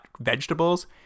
vegetables